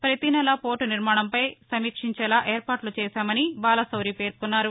పతి నెలా పోర్టు నిర్మాణంపై సమీక్షించేలా ఏర్పాట్లు చేశామని బాలశౌరి పేర్కొన్నారు